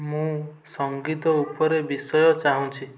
ମୁଁ ସଂଗୀତ ଉପରେ ବିଷୟ ଚାହୁଁଛି